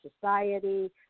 society